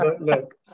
look